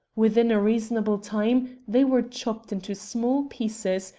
within a reasonable time they were chopped into small pieces,